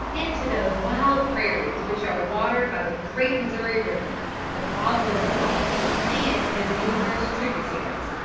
into those wild prairies which are watered by the great missouri river the father of waters and his numerous tributaries.